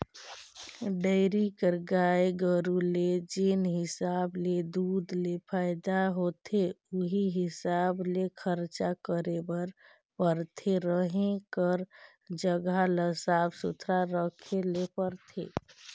dairy कर गाय गरू ले जेन हिसाब ले दूद ले फायदा होथे उहीं हिसाब ले खरचा करे बर परथे, रहें कर जघा ल साफ सुथरा रखे ले परथे